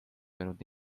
löönud